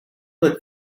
that